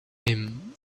him